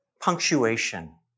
punctuation